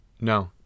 no